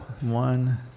One